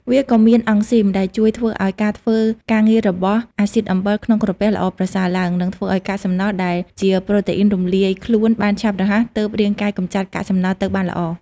វាក៏មានអង់ស៊ីម ដែលជួយធ្វើឱ្យការធ្វើការងាររបស់អាស៊ីដអំបិល ក្នុងក្រពះ ល្អប្រសើរឡើង និងធ្វើឱ្យកាកសំណល់ដែលជាប្រូតេអុីនរំលាយខ្លួនបានឆាប់រហ័ស ទើបរាងកាយកម្ចាត់កាកសំណល់ទៅបានល្អ។